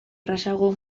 errazago